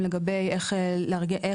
והרצון הוא להשאיר אותם פה